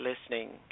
listening